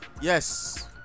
yes